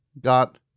got